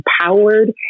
empowered